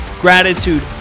gratitude